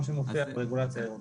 מה שמופיע ברגולציה האירופית.